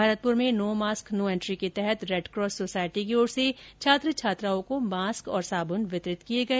भरतपूर में no mask no entry के तहत रेड क्रहस सोसायटी की ओर से छात्र छात्राओं को मास्क और साबुन वितरित किये गए